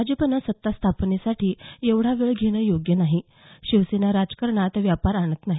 भाजपनं सत्तास्थापनेसाठी एवढा वेळ घेणं योग्य नाही शिवसेना राजकारणात व्यापार आणत नाही